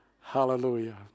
Hallelujah